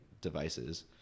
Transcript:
devices